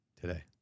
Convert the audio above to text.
today